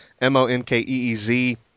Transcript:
M-O-N-K-E-E-Z